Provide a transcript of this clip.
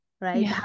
right